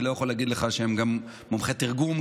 אני לא יכול לומר שהם גם מומחי תרגום,